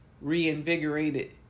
reinvigorated